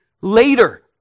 later